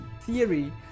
theory